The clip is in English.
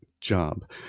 job